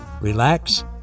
relax